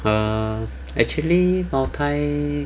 uh actually mou tai